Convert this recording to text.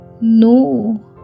no